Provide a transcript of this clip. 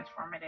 transformative